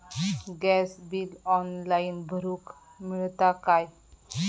Gas bill online भरुक मिळता काय?